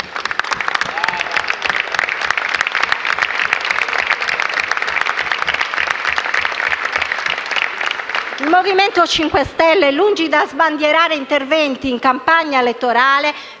Il MoVimento 5 Stelle, lungi da sbandierare interventi in campagna elettorale,